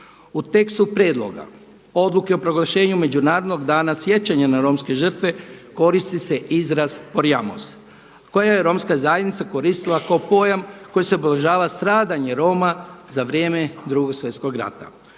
U tekstu prijedloga Odluke o proglašenju Međunarodnog dana sjećanja na Romske žrtve, koristi se izraz „porjamos“ koji je Romska zajednica koristila kao pojam kojim se obilježava stradanje Roma za vrijeme Drugog svjetskog rata.